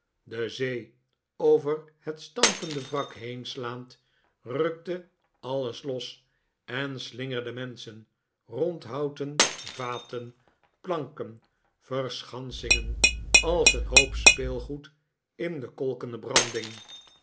de zee over het stampende wrak heen slaand rukte alles los en slingerde menschen rondhouten vaten planken verschansingen als een hoop speelgoed in de kokende branding